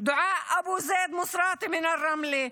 דועא אבו זיד מוסראתי מרמלה,